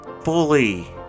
fully